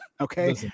Okay